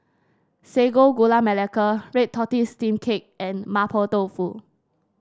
Sago Gula Melaka red tortoise steam cake and Mapo Tofu